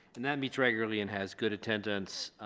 and that meets regularly and has good attendance.